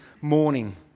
morning